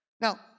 Now